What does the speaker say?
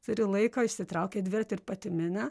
turi laiko išsitraukia dviratį ir pati mina